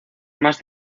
más